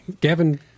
Gavin